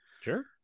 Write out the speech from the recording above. Sure